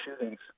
shootings